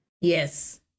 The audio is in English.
Yes